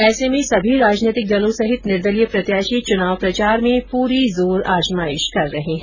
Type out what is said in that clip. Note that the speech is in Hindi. ऐसे में सभी राजनैतिक दलों सहित निदर्लीय प्रत्याशी चुनाव प्रचार में पूरी जोर आजमाइश कर रहे है